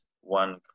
one